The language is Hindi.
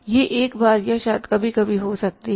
यह एक बार या शायद कभी कभी हो सकती है